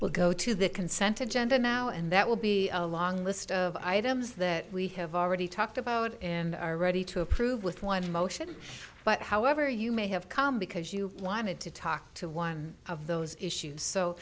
will go to the consent of gender now and that will be a long list of items that we have already talked about and are ready to approve with one motion but however you may have come because you wanted to talk to one of those issues so